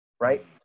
right